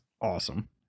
Awesome